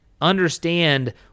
understand